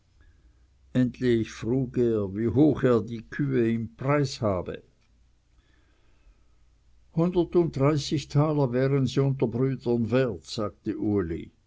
endlich frug er wie hoch er die kühe im preise habe hundertunddreißig taler wären sie unter brüdern wert sagte uli